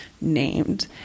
named